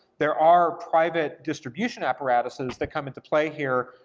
there are private distribution apparatuses that come into play here,